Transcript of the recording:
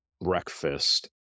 breakfast